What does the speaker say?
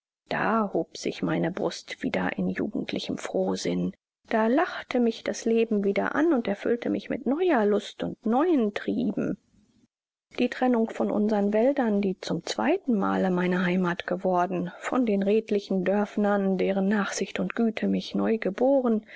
da hob sich meine brust wieder in jugendlichem frohsinn da lachte mich das leben wieder an und erfüllte mich mit neuer lust und neuen trieben die trennung von unsern wäldern die zum zweitenmale meine heimath geworden von den redlichen dörfnern deren nachsicht und güte mich neu geboren